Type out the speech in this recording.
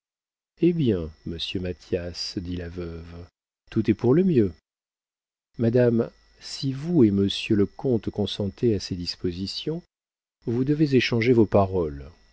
hé bien monsieur mathias dit la veuve tout est pour le mieux madame si vous et monsieur le comte consentez à ces dispositions vous devez échanger vos paroles